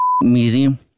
museum